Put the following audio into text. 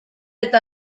eta